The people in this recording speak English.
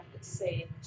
say